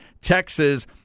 Texas